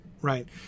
right